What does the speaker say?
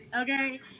Okay